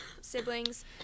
siblings